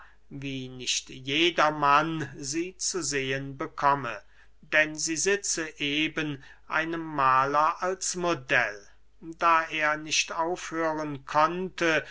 nicht jedermann sie zu sehen bekomme denn sie sitze eben einem mahler als modell da er nicht aufhören konnte